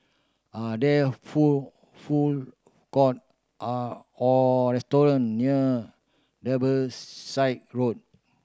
are there food food court are or restaurant near Road